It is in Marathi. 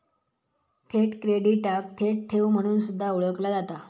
थेट क्रेडिटाक थेट ठेव म्हणून सुद्धा ओळखला जाता